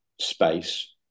space